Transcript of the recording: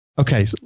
Okay